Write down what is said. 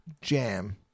Jam